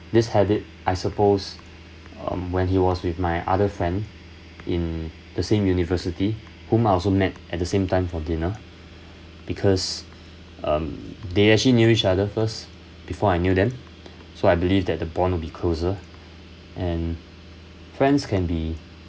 this habit I suppose um when he was with my other friend in the same university whom I also met at the same time for dinner because um they actually knew each other first before I knew them so I believe that the bond will be closer and friends can be